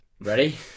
Ready